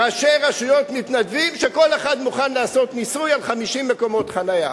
ראשי רשויות מתנדבים שכל אחד מוכן לעשות ניסוי על 50 מקומות חנייה.